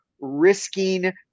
risking